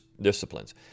disciplines